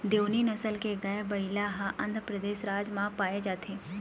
देओनी नसल के गाय, बइला ह आंध्रपरदेस राज म पाए जाथे